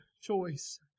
choice